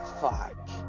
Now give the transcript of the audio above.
Fuck